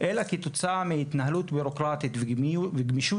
אלא כתוצאה מהתנהלות ביורוקרטית וגמישות